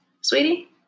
sweetie